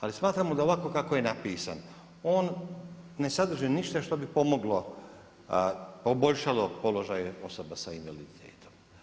Ali smatramo da ovako kako je napisan, on ne sadrži ništa što bi pomoglo, poboljšalo položaje osoba s invaliditetom.